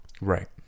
right